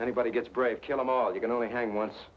anybody gets brave kill em all you can only hang once